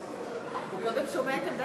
ראוי שבעתיים שמוסדות